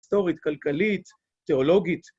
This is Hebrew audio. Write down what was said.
‫היסטורית, כלכלית, תיאולוגית.